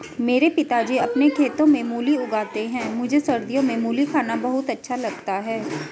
मेरे पिताजी अपने खेतों में मूली उगाते हैं मुझे सर्दियों में मूली खाना बहुत अच्छा लगता है